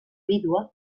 vídua